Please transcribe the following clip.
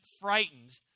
frightened